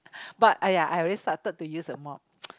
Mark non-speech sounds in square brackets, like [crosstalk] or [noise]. but !aiya! I already started to use the mop [noise]